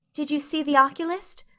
did you see the oculist?